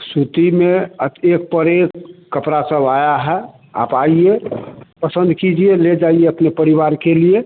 सूती में एक पर एक कपड़ा सब आया है आप आइए पसंद कीजिए ले जाइए अपने परिवार के लिए